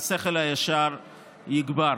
והשכל הישר יגבר.